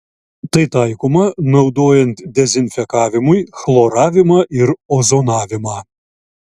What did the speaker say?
tai taikoma naudojant dezinfekavimui chloravimą ir ozonavimą